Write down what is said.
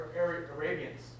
Arabians